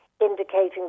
indicating